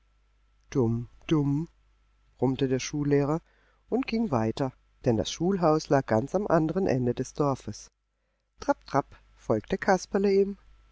dumm dumm brummte der schullehrer und ging weiter denn das schulhaus lag ganz am andern ende des dorfes trapp trapp folgte kasperle